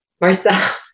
Marcel